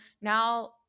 now